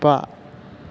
बा